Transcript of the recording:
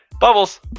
Bubbles